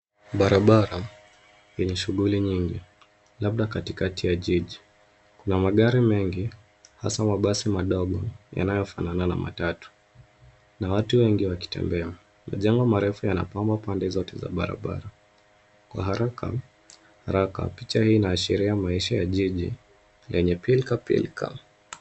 Barabara yenye shughuli nyingi labda katikati ya jiji. Kuna magari mengi hasa mabasi madogo yanayofanana na matatu na watu wengi wakitembea. Majengo marefu yanapamba pande zote za barabara. Kwa haraka haraka picha hii inaashiria maisha ya jiji lenye pilkapilka.